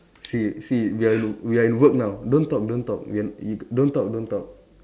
Si Si we are in we are in work now don't talk don't talk we are in don't talk don't talk